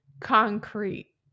concrete